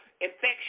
infection